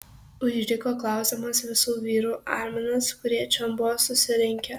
užriko klausdamas visų vyrų arminas kurie čion buvo susirinkę